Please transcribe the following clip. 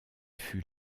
fut